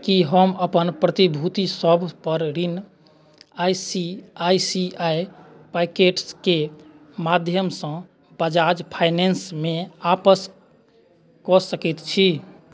की हम अपन प्रतिभूतिसभ पर ऋण I C I C I पॉकेट्सके माध्यमसँ बजाज फाइनेंसमे आपस कऽ सकैत छी